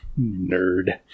Nerd